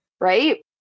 right